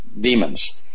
demons